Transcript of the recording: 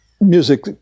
music